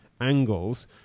angles